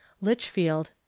Litchfield